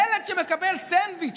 ילד שמקבל סנדוויץ',